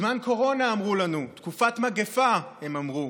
זמן קורונה, אמרו לנו, תקופת מגפה, הם אמרו.